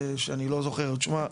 שאני לא זוכר את שמה,